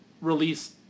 release